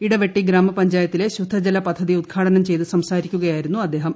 ഇടവെട്ടി ഗ്രാമ പഞ്ചായത്തിലെ ശുദ്ധ ജല പദ്ധതി ഉദ്ഘാടനം ചെയ്തു സംസാരിക്കുകയിട്ടയിരുന്നു അദ്ദേഹം